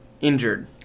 injured